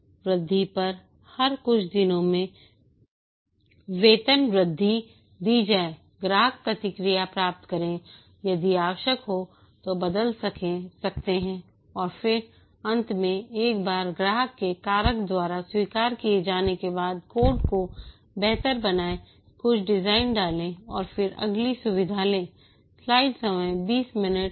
वृद्धि पर हर कुछ दिनों में वेतन वृद्धि दी जाए ग्राहक प्रतिक्रिया प्राप्त करें यदि आवश्यक हो तो बदल सकते हैं और फिर अंत में एक बार ग्राहक के कारक द्वारा स्वीकार किए जाने के बाद कोड को बेहतर बनाएं कुछ डिज़ाइन डालें और फिर अगली सुविधा लें